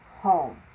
home